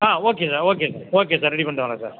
ஆ okay sir okay sir okay sir ready பண்ணிட்டு வர்றேன் sir